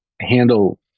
handle